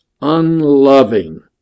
unloving